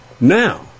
Now